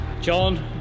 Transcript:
John